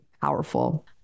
powerful